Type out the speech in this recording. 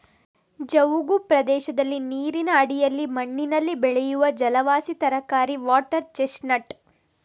ಜವುಗು ಪ್ರದೇಶದಲ್ಲಿ ನೀರಿನ ಅಡಿಯಲ್ಲಿ ಮಣ್ಣಿನಲ್ಲಿ ಬೆಳೆಯುವ ಜಲವಾಸಿ ತರಕಾರಿ ವಾಟರ್ ಚೆಸ್ಟ್ ನಟ್